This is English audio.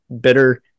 bitter